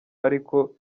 ariko